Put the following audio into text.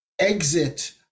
exit